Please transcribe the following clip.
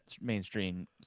mainstream